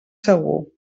segur